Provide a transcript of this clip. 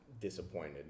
disappointed